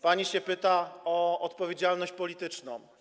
Pani pyta o odpowiedzialność polityczną.